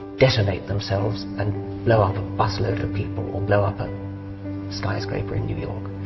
detonate themselves and blow up a busload of people or blow up a skyscraper in new york